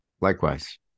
Likewise